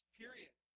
period